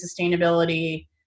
sustainability